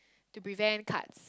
to prevent cuts